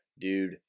Dude